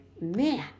man